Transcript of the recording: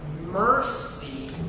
mercy